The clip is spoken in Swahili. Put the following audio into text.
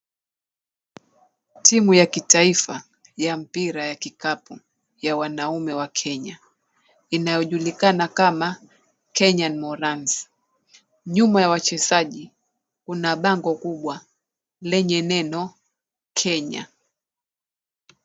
Timu ya kitaifa ya mpira ya kikapu ya wanaume wa Kenya inayojulikana kama Kenyan Morans. Nyuma ya wachezaji kuna bango kubwa lenye neno KENYA.